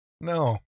No